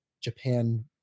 Japan